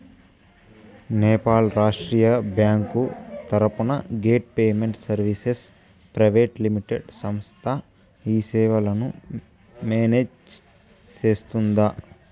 Nepal Rashtriya bank తరపున gate payment services private limited సంస్థ ఈ సేవలను మేనేజ్ సేస్తుందా?